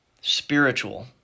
spiritual